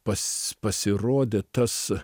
pas pasirodė tas